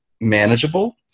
manageable